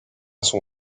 son